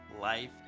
life